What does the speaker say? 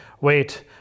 wait